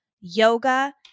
yoga